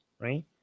right